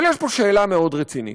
אבל יש פה שאלה מאוד רצינית,